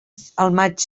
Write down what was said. següent